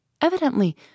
Evidently